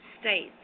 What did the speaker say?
States